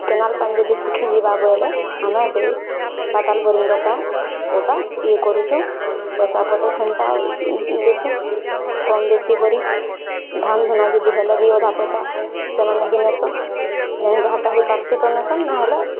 canal ପାନି ଯଦି ଶୁଖିଯିବା ବୋଇଲେ ଆମେ ସେ ପାତାଲ୍ ବୋରିଂର ପାନ୍ ରଟା ଇଏ କରୁଛୁଁ ପଇସାପତ୍ର ହେନ୍ତା ଦେସୁଁ କମ୍ ବେଶୀ କରି ଧାନ୍ ଧୁନା ଯଦି ହେଲେ ବି ଅଧା ପଇସା ସେମାନେ ବି ନେସନ୍ ଯେନ୍ ଯାହାଟା ହେଇପାରୁସିଁ ତ ନେସନ୍ ନ ହେଲେ